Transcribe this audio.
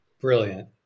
Brilliant